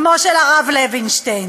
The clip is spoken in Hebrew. כמו של הרב לוינשטיין?